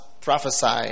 prophesy